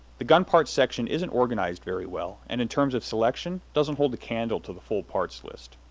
the gun parts section isn't organized very well, and in terms of selection, doesn't hold a candle to the full parts list.